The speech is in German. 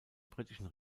britischen